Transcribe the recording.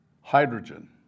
Hydrogen